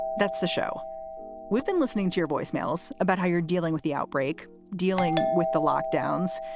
that's the show we've been listening to your voice mails about how you're dealing with the outbreak, dealing with the lockdowns,